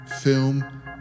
film